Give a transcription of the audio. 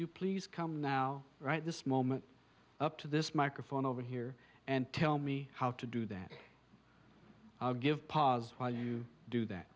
you please come now right this moment up to this microphone over here and tell me how to do that i'll give pause while you do that